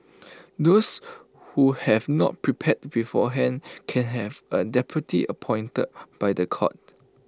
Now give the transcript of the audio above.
those who have not prepared beforehand can have A deputy appointed by The Court